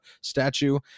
statue